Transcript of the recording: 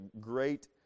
great